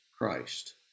Christ